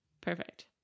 Perfect